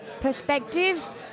perspective